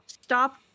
Stop